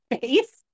face